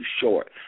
short